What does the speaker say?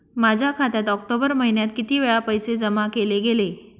माझ्या खात्यात ऑक्टोबर महिन्यात किती वेळा पैसे जमा केले गेले?